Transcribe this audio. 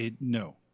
No